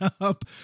up